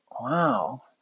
wow